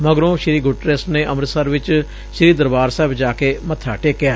ਮਗਰੋਂ ਸ੍ਰੀ ਗੁਟਰੇਸ ਨੇ ਅੰਮ੍ਤਸਰ ਚ ਸ੍ਰੀ ਦਰਬਾਰ ਸਾਹਿਬ ਜਾ ਕੇ ਮੱਥਾ ਟੇਕਿਆ